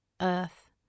earth